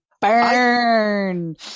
Burn